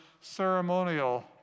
ceremonial